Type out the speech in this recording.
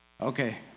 okay